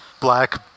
black